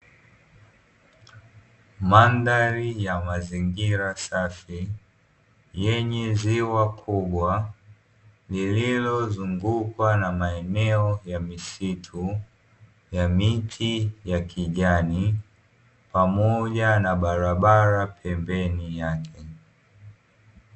Mandhari ya mazingira safi yenye ziwa kubwa, lililozungukwa na maeneo ya misitu ya miti ya kijani pamoja na barabara pembeni yake.